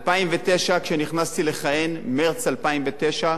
ב-2009, כשנכנסתי לכהן, במרס 2009,